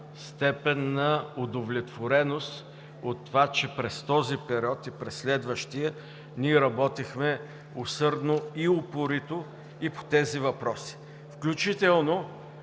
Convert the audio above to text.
степен на удовлетвореност от това, че през този период и през следващия ние работихме усърдно и упорито и по тези въпроси. Включително